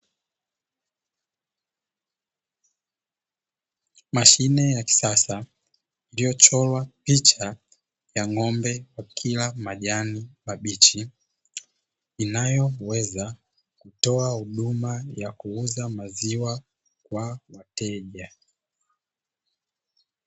Mashine ya kisasa iliyochorwa picha ya ng'ombe akila majani mabichi inayoweza kutoa huduma ya kuuza maziwa kwa wateja.